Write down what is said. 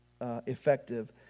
effective